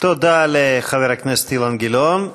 תודה לחבר הכנסת אילן גילאון.